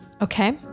Okay